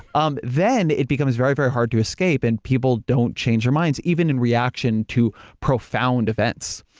um then it becomes very very hard to escape and people don't change their minds, even in reaction to profound events.